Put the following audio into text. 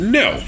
no